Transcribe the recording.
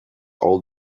all